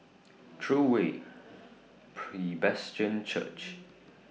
True Way Church